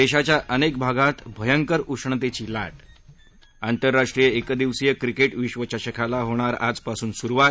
देशाच्या अनेक भागांत भयंकर उष्णतेची लाट आंतरराष्ट्रीय एकदिवसीय क्रिकेट विश्वचषकाला होणार आजपासून सुरुवात